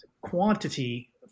quantity